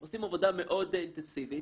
עושים עבודה מאוד אינטנסיבית.